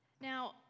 Now